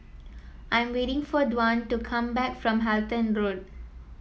I'm waiting for Dwan to come back from Halton Road